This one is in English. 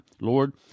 Lord